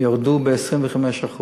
ירדו ב-25%.